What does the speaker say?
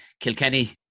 Kilkenny